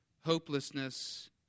hopelessness